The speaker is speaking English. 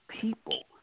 people